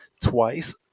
twice